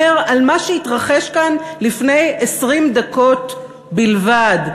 על מה שהתרחש כאן לפני 20 דקות בלבד.